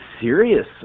serious